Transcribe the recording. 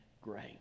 great